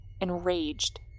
enraged